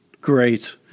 Great